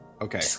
Okay